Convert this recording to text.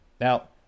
now